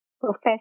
Professor